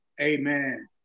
Amen